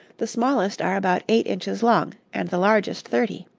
the smallest are about eight inches long, and the largest thirty.